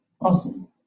Awesome